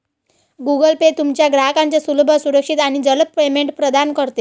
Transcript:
Google Pay तुमच्या ग्राहकांना सुलभ, सुरक्षित आणि जलद पेमेंट प्रदान करते